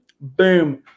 boom